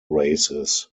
races